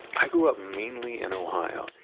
i grew up mainly in ohio.